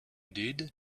did